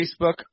Facebook